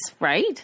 right